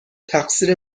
تقصیر